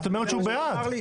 זה מה שהוא אמר לי.